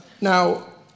Now